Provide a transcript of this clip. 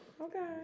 okay